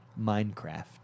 Minecraft